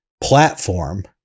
platform